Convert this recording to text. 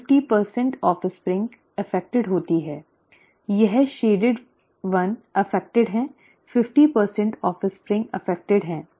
इसलिए 50 ऑफ़स्प्रिंग प्रभावित होती हैं यह छायांकित व्यक्ति प्रभावित हैं 50 ऑफ़स्प्रिंग प्रभावित हैं